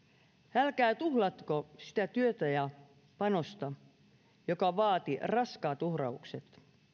älkää tuhlatko sitä työtä ja panosta joka vaati raskaat uhraukset